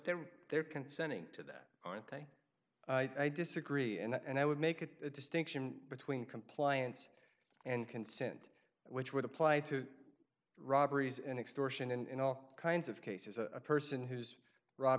then they're consenting to that aren't they i disagree and i would make a distinction between compliance and consent which would apply to robberies and extortion and all kinds of cases a person who's robbed